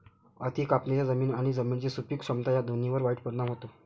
अति कापणीचा जमीन आणि जमिनीची सुपीक क्षमता या दोन्हींवर वाईट परिणाम होतो